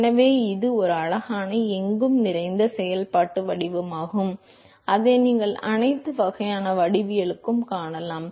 எனவே இது ஒரு அழகான எங்கும் நிறைந்த செயல்பாட்டு வடிவமாகும் அதை நீங்கள் அனைத்து வகையான வடிவவியலிலும் காணலாம்